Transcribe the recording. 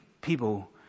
people